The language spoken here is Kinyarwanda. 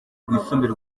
rwisumbuye